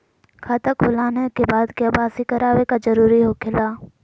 खाता खोल आने के बाद क्या बासी करावे का जरूरी हो खेला?